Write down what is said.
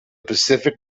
pacific